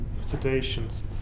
situations